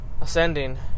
ascending